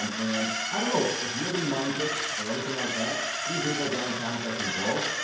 um and i don't know if you have any mind tricks or anything like that, please leave those down in the comment section below.